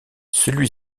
celui